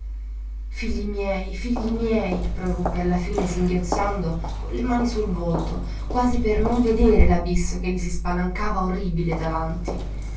figli miei figli miei proruppe alla fine singhiozzando con le mani sul volto quasi per non veder l'abisso che le si spalancava orribile davanti